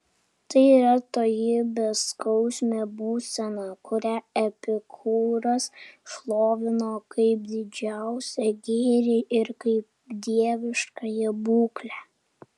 tai yra toji beskausmė būsena kurią epikūras šlovino kaip didžiausią gėrį ir kaip dieviškąją būklę